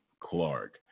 Clark